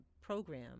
program